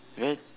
red